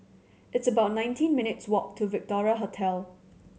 it's about nineteen minutes' walk to Victoria Hotel